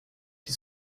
que